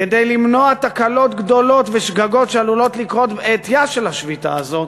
כדי למנוע תקלות גדולות ושגגות שעלולות לקרות בעטייה של השביתה הזאת,